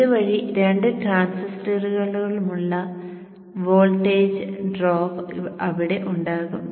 ഇതുവഴി രണ്ട് ട്രാൻസിസ്റ്ററുകളിലുമുള്ള വോൾട്ടേജ് ഡ്രോപ്പ് അവിടെ ഉണ്ടാകും